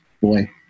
Boy